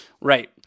Right